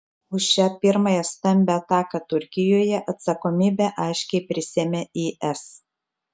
už šią pirmąją stambią ataką turkijoje atsakomybę aiškiai prisiėmė is